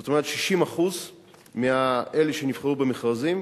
זאת אומרת, 60% מאלה שנבחרו במכרזים